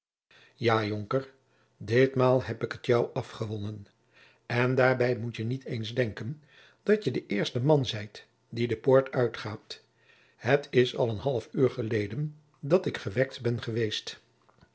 ja jonker ditmaal heb ik het jou afgewonnen en daarbij moet je niet eens denken dat je de eerste man zijt die de poort uitgaat het is al een half uur geleden dat ik gewekt ben eweest